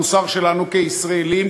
המוסר שלנו כישראלים,